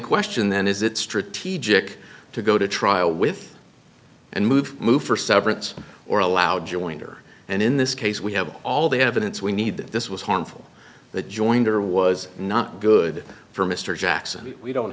question then is it strategic to go to trial with and move move for severance or allow jointer and in this case we have all the evidence we need that this was harmful the joinder was not good for mr jackson and we don't